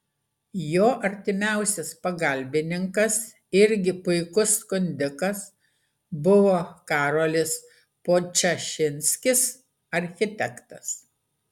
jo artimiausias pagalbininkas irgi puikus skundikas buvo karolis podčašinskis architektas